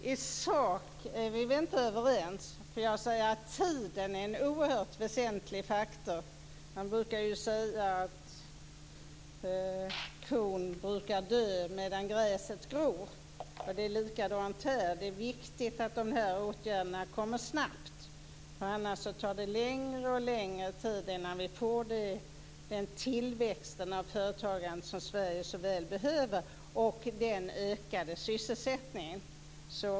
Herr talman! I sak är vi inte överens. Jag säger att tiden är en oerhört väsentlig faktor. Man brukar säga att kon dör medan gräset gror, och det är likadant här. Det är viktigt att de här åtgärderna kommer snabbt - annars tar det längre och längre tid innan vi får den tillväxt av företagande som Sverige så väl behöver och den ökade sysselsättningen.